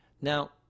Now